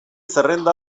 zerrenda